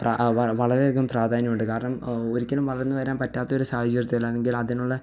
പ്രാ വ വളരെയധികം പ്രാധാന്യം ഉണ്ട് കാരണം ഒരിക്കലും വളര്ന്ന് വരാന് പറ്റാത്ത ഒരു സാഹചര്യത്തിലാണെങ്കിൽ അതിനുള്ള